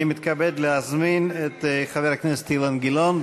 אני מתכבד להזמין את חבר הכנסת אילן גילאון.